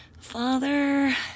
Father